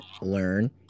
learn